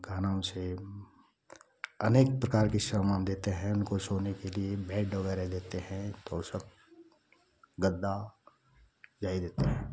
गहना उसे अनेक प्रकार के सामान देते हैं उनको सोने के लिए बेड वगैरह देते हैं तोसक गद्दा यही देते है